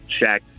shaq